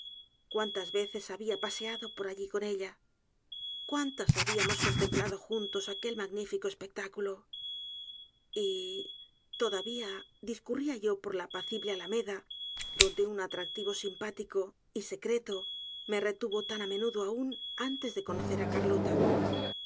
cuántas veces habia paseado por allí con ella cuántas habíamos contemplado juntos aquel magnífico espectáculo y todavía discurría yo por la apacible alameda donde un atractivo simpático y secreto me retuvo tan á menudo aunantes de conocer á carlota